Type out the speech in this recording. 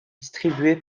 distribué